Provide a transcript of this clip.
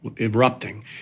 erupting